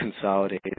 consolidate